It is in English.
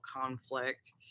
conflict